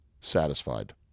satisfied